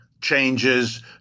changes